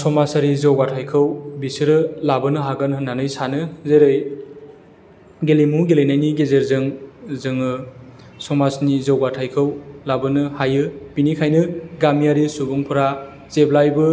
समाजारि जौगाथायखौ बिसोरो लाबोनो हागोन होननानै सानो जेरै गेलेमु गेलेनायनि गेजेरजों जोङो समाजनि जौगाथायखौ लाबोनो हायो बिनिखायनो गामियारि सुबुंफोरा जेब्लायबो